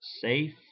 Safe